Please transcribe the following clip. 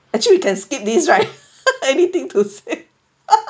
actually we can skip this right anything to say